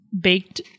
baked